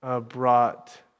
brought